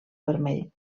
vermell